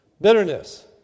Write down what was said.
Bitterness